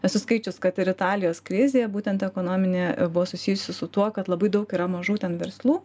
esu skaičius kad ir italijos krizė būtent ekonominė buvo susijusi su tuo kad labai daug yra mažų ten verslų